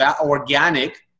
organic